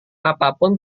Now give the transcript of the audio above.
apapun